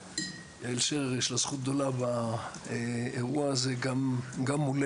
ויעל שרר יש לה זכות גדולה באירוע הזה, גם מולנו,